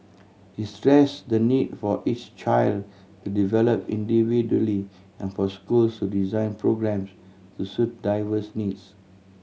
he stress the need for each child to develop individually and for schools to design programmes to suit diverse needs